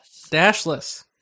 Dashless